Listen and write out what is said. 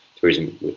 tourism